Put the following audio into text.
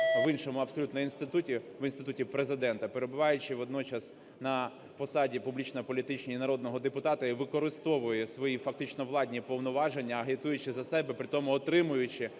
в іншому абсолютно інституті – в інституті Президента, перебуваючи водночас на посаді публічно-політичній народного депутата, і використовує свої фактично владні повноваження, агітуючи за себе, при тому отримуючи